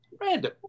Random